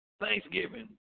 thanksgiving